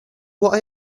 what